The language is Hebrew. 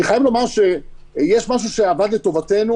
אני חייב לומר שיש משהו שעבד לטובתנו,